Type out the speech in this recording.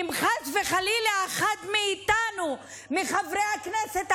אם חס וחלילה אחד מאיתנו, מחברי הכנסת הערבים,